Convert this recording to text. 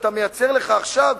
שאתה מייצר לך עכשיו,